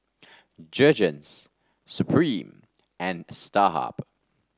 Jergens Supreme and Starhub